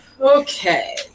Okay